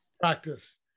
practice